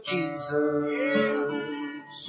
Jesus